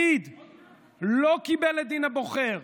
הפסיד, לא קיבל את דין הבוחר,